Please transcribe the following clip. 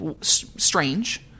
strange